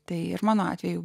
tai mano atveju